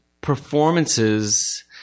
performances